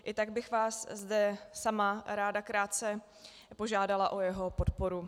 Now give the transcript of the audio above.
I tak bych vás zde sama ráda krátce požádala o jeho podporu.